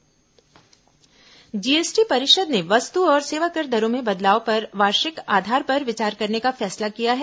GST GST परिषद ने वस्तु और सेवाकर दरों में बदलाव पर वार्षिक आधार पर विचार करने का फैसला किया है